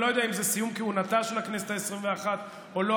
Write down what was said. אני לא יודע אם זה סיום כהונתה של הכנסת העשרים-ואחת או לא,